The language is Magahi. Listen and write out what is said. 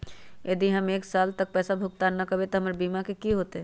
यदि हम एक साल तक पैसा भुगतान न कवै त हमर बीमा के की होतै?